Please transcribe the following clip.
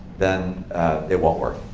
then it won't work.